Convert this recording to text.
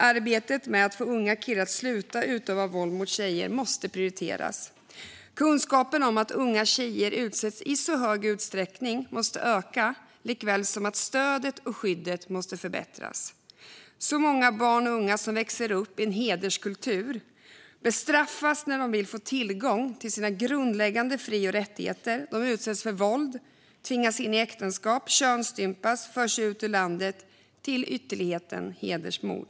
Arbetet med att få unga killar att sluta utöva våld mot tjejer måste prioriteras. Kunskapen om att unga tjejer utsätts i så stor utsträckning måste öka, och stödet och skyddet måste förbättras. Så många barn och unga som växer upp i en hederskultur bestraffas när de vill få tillgång till sina grundläggande fri och rättigheter. De utsätts för våld, tvingas in i äktenskap, könsstympas, förs ut ur landet och utsätts för ytterligheten: hedersmord.